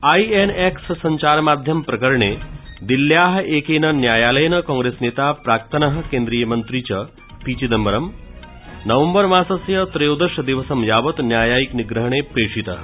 INX सञ्चारमाध्यम प्रकरणे दिल्ल्याः एकेन न्यायालयेन कांग्रेस नेता प्राक्तनः केन्द्रीय मन्त्री च पीचिदम्बरम् नवम्बर मासस्य त्रयोदश दिवसं यावत न्यायिक निग्रहणे प्रेषितः